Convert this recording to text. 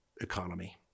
economy